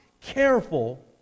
careful